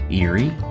eerie